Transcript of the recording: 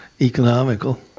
economical